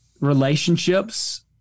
relationships